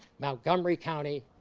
montgomery county,